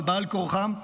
אבל בעל כורחם,